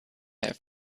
have